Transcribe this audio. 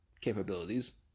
capabilities